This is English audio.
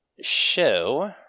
show